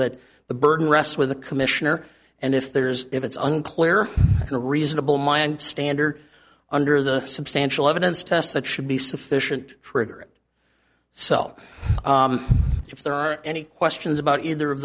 that the burden rests with the commissioner and if there's if it's unclear to reasonable my and standard under the substantial evidence test that should be sufficient for it so if there are any questions about either of